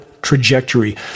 trajectory